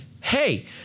Hey